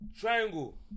Triangle